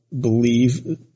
believe –